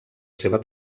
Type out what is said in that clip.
seva